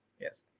Yes